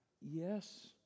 Yes